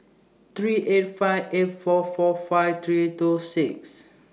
three eight five eight four four five three two six